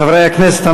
חברי הכנסת,